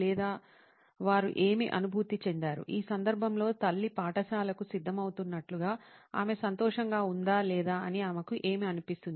లేదా వారు ఏమీ అనుభూతి చెందారు ఈ సందర్భంలో తల్లి పాఠశాలకు సిద్ధమవుతున్నట్లుగా ఆమె సంతోషంగా ఉందా లేదా అని ఆమెకు ఏమీ అనిపిస్తుంది